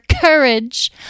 courage